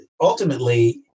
ultimately